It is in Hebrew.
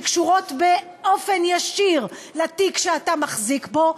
שקשורות ישירות לתיק שאתה מחזיק בו?